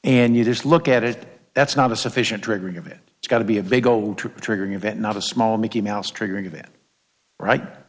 and you just look at it that's not a sufficient triggering event it's got to be a big old trouper triggering event not a small mickey mouse triggering event right